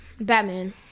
Batman